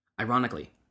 Ironically